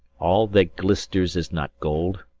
all that glisters is not gold,